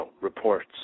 reports